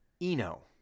Eno